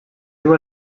viu